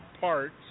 parts